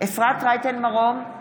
אפרת רייטן מרום,